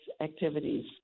activities